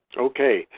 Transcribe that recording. Okay